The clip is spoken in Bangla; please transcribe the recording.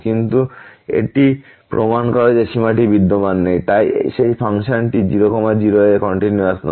কিন্তু এটি প্রমাণ করে যে সীমাটি বিদ্যমান নেই এবং তাই সেই ফাংশনটি 0 0 এ কন্টিনিউয়াস নয়